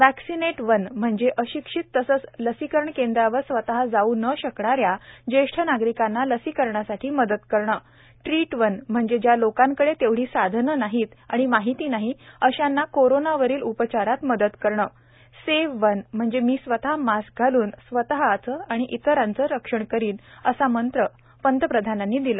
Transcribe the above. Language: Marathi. वॅक्सीनेट वन म्हणजे अशिक्षित तसंच लसीकरण केंद्रावर स्वतः जाऊ न शकणाऱ्या ज्येष्ठ नागरिकांना लसीकरणासाठी मदत करणं ट्रीट वन म्हणजे ज्या लोकांकडे तेवढी साधनं नाहीत आणि माहिती नाही अशांना कोरोनावरील उपचारात मदत करणं सेव्ह वन म्हणजे मी स्वतः मास्क घालून स्वतःच आणि इतरांचं रक्षण करीन असा मंत्र पंतप्रधानांनी दिला